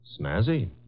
Snazzy